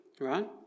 right